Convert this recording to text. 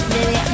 Baby